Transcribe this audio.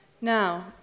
Now